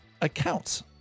accounts